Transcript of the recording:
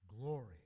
Glory